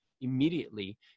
immediately